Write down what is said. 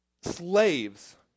slaves